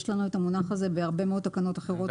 יש לנו את המונח הזה בהרבה מאוד תקנות אחרות.